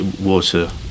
water